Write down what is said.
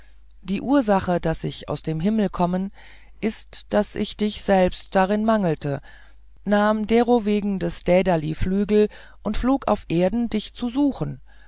die ursache daß ich aus dem himmel kommen ist daß ich dich selbst darin mangelte nahm derowegen des dädali flügel und flog auf erden dich zu suchen